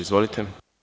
Izvolite.